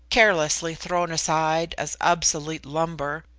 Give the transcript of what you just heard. carelessly thrown aside as obsolete lumber,